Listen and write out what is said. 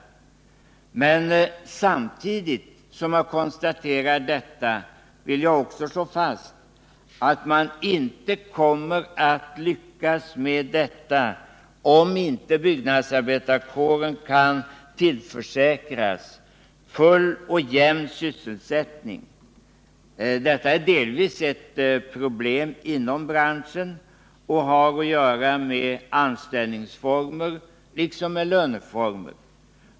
Men samtidigt som jag konstaterar det vill jag slå fast, att man inte kommer att lyckas med detta om inte byggnadsarbetarkåren kan tillförsäkras full och jämn sysselsättning. Detta är delvis ett problem inom branschen och det har att göra med anställningsformer liksom med löneformer.